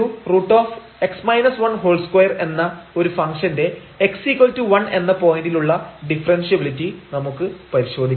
f1∛2 എന്ന ഒരു ഫംഗ്ഷന്റെ x1 എന്ന പോയിന്റിൽ ഉള്ള ഡിഫറെൻഷ്യബിലിറ്റി നമുക്ക് പരിശോധിക്കാം